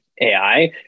AI